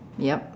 yup